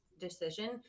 decision